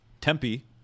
Tempe